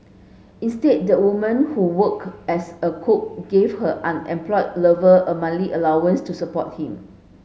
instead the woman who worked as a cook gave her unemployed lover a allowance to support him